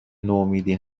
نومیدی